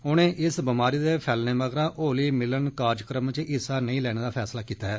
उनें इस बमारी दे फैलने मगरा होली मिलन कारजक्रम च हिस्सा नेंई लैने दा फैसला कीता ऐ